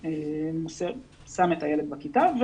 שם את הילד בכיתה,